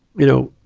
you know.